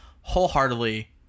wholeheartedly